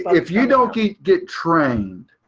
if you don't get get trained,